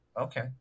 Okay